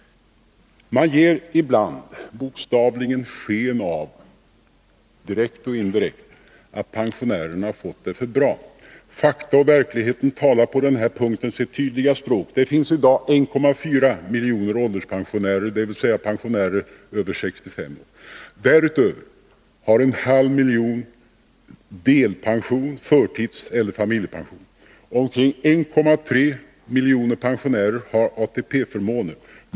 Man ger ibland bokstavligen sken av — direkt och indirekt — att pensionärerna fått det för bra. Fakta och verklighet talar på denna punkt sitt tydliga språk. Det finns 1,4 miljoner ålderspensionärer, dvs. pensionärer över 65 år. Därutöver har 0,5 miljoner delpension, förtidspension eller familjepension. Omkring 1,3 miljoner pensionärer har ATP-förmåner.